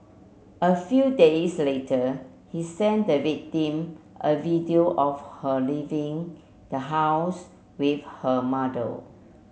a few days later he sent the victim a video of her leaving the house with her mother